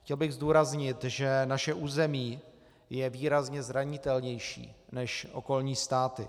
Chtěl bych zdůraznit, že naše území je výrazně zranitelnější než okolní státy.